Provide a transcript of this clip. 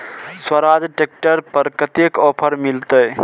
Swaraj tractor पर कतेक offer मिलते?